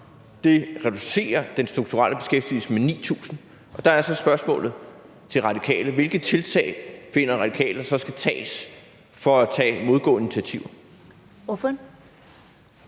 Det reducerer den strukturelle beskæftigelse med 9.000, og der er spørgsmålet så til Radikale: Hvilke tiltag finder Radikale så der skal tages som modgående initiativer?